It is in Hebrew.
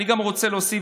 אני גם רוצה להוסיף,